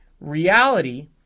reality